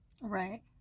Right